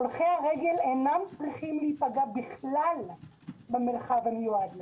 הולכי הרגל אינם צריכים להיפגע כלל במרחב המיועד להם.